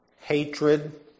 hatred